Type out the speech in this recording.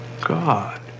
God